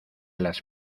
las